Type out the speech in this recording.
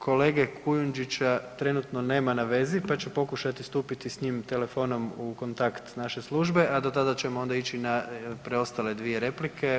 Kolege Kujundžića trenutno nema na vezi, pa će pokušati stupiti s njim telefonom u kontakt naše službe, a do tada ćemo onda ići na preostale dvije replike.